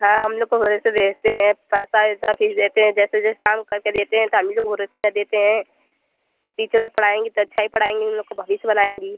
हाँ हम लोग को भरोसे भेजते हैं पैसा वैसा फीस देते हैं जैसे जैसे काम करके देते हैं तो हम ही लोग भरोसे न देते हैं टीचर लोग पढ़ाएँगी तो अच्छा ही पढ़ाएँगी उन लोग का भविष्य बनाएँगी